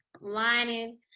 Lining